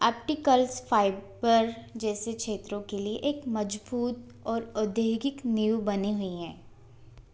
opticals fibre जैसे क्षेत्रों के लिए एक मजबूत और औधोगिक नीव बनी हुई हैं